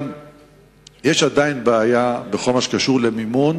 יש עדיין בעיה בכל מה שקשור למימון